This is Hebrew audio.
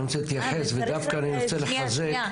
אני רוצה להתייחס ודווקא אני רוצה לחזק שנייה,